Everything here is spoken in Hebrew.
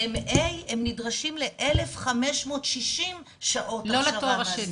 בתואר ראשון הם נדרשים ל-1,560 שעות הכשרה מעשית.